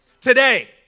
Today